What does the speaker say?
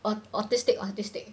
au~ autistic autistic